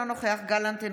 אינו נוכח יואב גלנט,